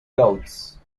golds